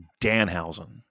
Danhausen